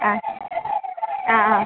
ആ ആ ആ